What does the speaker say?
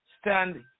stand